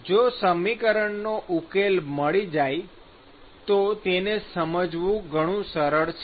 તેથી જો સમીકરણનો ઉકેલ મળી જાય તો તેને સમજવું ઘણું સરળ છે